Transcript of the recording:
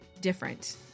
different